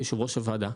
כיושב-ראש הוועדה,